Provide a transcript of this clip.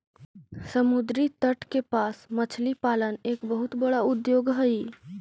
समुद्री तट के पास मछली पालन एक बहुत बड़ा उद्योग हइ